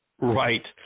right